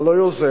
אתה לא יוזם,